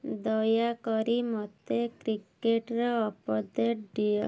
ଦୟାକରି ମୋତେ କ୍ରିକେଟ୍ର ଅପଡ଼େଟ୍ ଦିଅ